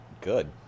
good